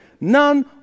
None